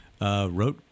wrote